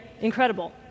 incredible